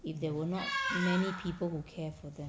if there were not many people who care for them